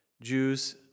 Jews